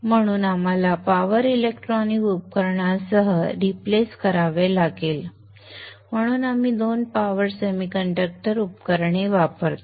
म्हणून आम्हाला power electronic उपकरणांसह रिप्लेस करावे लागेल म्हणून आपण दोन पॉवर सेमीकंडक्टर उपकरणे वापरतो